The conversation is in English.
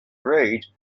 read